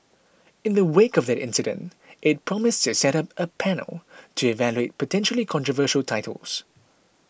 in the wake of that incident it promised to set up a panel to evaluate potentially controversial titles